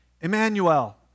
Emmanuel